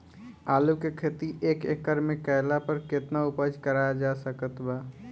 आलू के खेती एक एकड़ मे कैला पर केतना उपज कराल जा सकत बा?